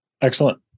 Excellent